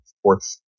Sports